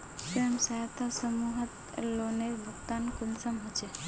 स्वयं सहायता समूहत लोनेर भुगतान कुंसम होचे?